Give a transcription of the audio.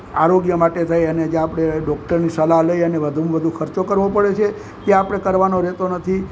આરોગ્ય માટે થઈને જે આપડે ડોક્ટરની સલાહ લઈ અને વધુમ વધુ ખર્ચો કરવો પડે છે એ આપણે કરવાનો રહેતો નથી